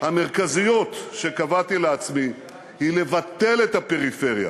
המרכזיות שקבעתי לעצמי היא לבטל את הפריפריה